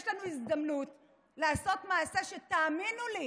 יש לנו הזדמנות לעשות מעשה, ותאמינו לי,